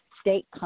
state